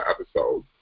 episode